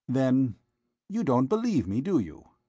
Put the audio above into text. then you don't believe me, do you?